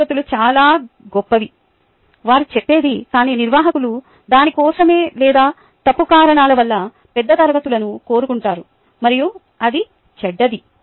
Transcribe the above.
చిన్న తరగతులు చాలా గొప్పవి వారు చెప్పేది కానీ నిర్వాహకులు దాని కోసమే లేదా తప్పు కారణాల వల్ల పెద్ద తరగతులను కోరుకుంటారు మరియు అది చెడ్డది